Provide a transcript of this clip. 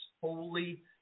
Holy